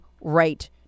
right